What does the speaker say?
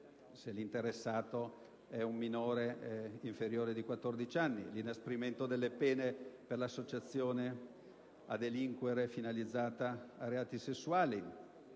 se l'interessato è un minore di età inferiore a 14 anni; l'inasprimento delle pene per l'associazione a delinquere finalizzata a reati sessuali,